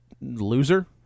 loser